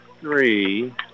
three